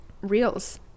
reels